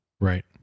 Right